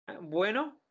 Bueno